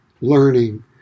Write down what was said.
learning